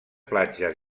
platges